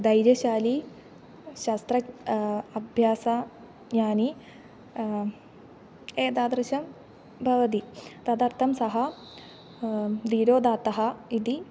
धैर्यशाली शस्त्र अभ्यासः ज्ञानी एतादृशं भवति तदर्थं सः दीरोदात्तः इति